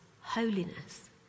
holiness